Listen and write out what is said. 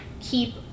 keep